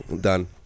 done